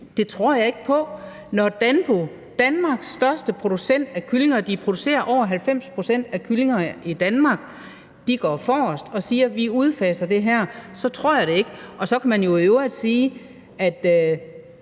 Det tror jeg ikke på. Når Danpo, Danmarks største producent af kyllinger – de producerer over 90 pct. af kyllingerne i Danmark – går forrest og siger, at de udfaser det her, så tror jeg det ikke. Så kan man jo i øvrigt sige, at